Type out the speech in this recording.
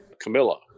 Camilla